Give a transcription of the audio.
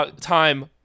time